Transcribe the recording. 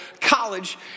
college